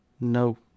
No